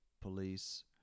police